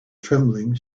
trembling